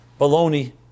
baloney